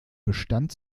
bestand